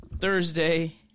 Thursday